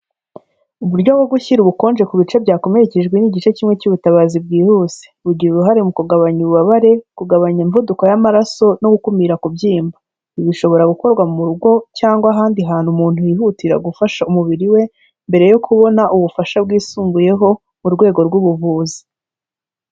Uburyo bwo gushyira ubukonje ku bice byakomerekejwe ni igice kimwe cy'ubutabazi bwihuse. Bugira uruhare mu kugabanya ububabare, kugabanya imivuduko y'amaraso no gukumira kubyimba. Ibi bishobora gukorwa mu rugo cyangwa ahandi hantu umuntu yihutira gufasha umubiri we, mbere yo kubona ubufasha bwisumbuyeho mu rwego rw'ubuvuzi.